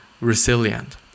resilient